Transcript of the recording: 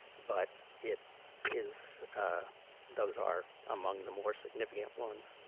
but it is those are among the more significant ones.